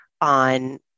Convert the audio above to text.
on